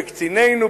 בקצינינו,